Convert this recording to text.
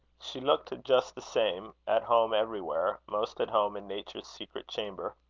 she looked just the same at home everywhere most at home in nature's secret chamber.